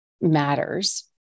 matters